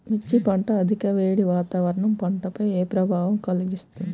మిర్చి పంట అధిక వేడి వాతావరణం పంటపై ఏ ప్రభావం కలిగిస్తుంది?